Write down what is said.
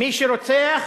מי שרוצח